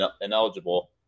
ineligible